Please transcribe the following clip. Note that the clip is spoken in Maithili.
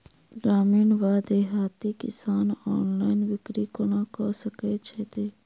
ग्रामीण वा देहाती किसान ऑनलाइन बिक्री कोना कऽ सकै छैथि?